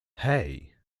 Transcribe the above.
hey